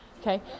Okay